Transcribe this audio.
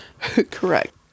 Correct